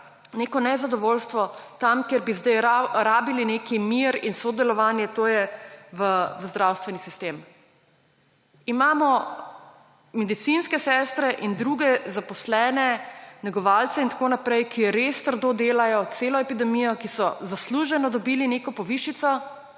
neko nezadovoljstvo tam, kjer bi zdaj rabili neki mir in sodelovanje, to je v zdravstveni sistem. Imamo medicinske sestre in druge zaposlene, negovalce in tako naprej, ki res trdo delajo celo epidemijo, ki so zasluženo dobili neko povišico,